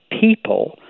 people